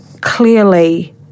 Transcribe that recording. clearly